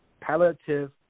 Palliative